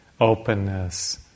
openness